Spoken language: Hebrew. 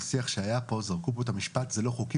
בשיח שהיה פה זרקו פה את המשפט: זה לא חוקי,